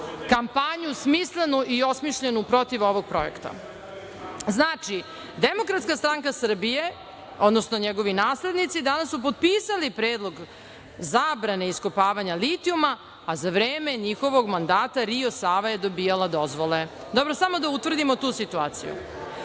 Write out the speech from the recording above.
kampanju smislenu i osmišljenu protiv ovog projekta. Znači, DSS, odnosno njegovi naslednici danas su potpisali predlog zabrane iskopavanja litijuma, a za vreme njihovog mandata Rio Sava je dobijala dozvole. Samo da utvrdimo tu situaciju. Onda